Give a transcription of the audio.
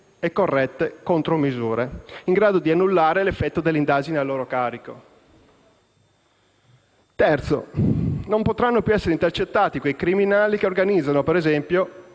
e corrette contromisure, in grado di annullare l'effetto delle indagini a loro carico. In terzo luogo, non potranno più essere intercettati quei criminali che organizzano - ad esempio